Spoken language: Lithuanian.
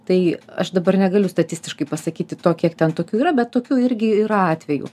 tai aš dabar negaliu statistiškai pasakyti to kiek ten tokių yra bet tokių irgi yra atvejų